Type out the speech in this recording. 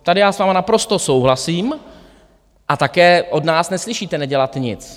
Tady s vámi naprosto souhlasím a také od nás neslyšíte nedělat nic.